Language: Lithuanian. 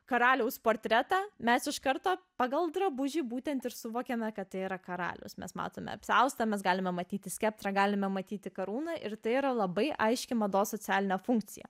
karaliaus portretą mes iš karto pagal drabužį būtent ir suvokiame kad tai yra karalius mes matome apsiaustą mes galime matyti skeptrą galime matyti karūną ir tai yra labai aiški mados socialinė funkcija